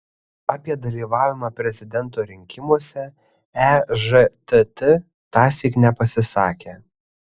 apie dalyvavimą prezidento rinkimuose ežtt tąsyk nepasisakė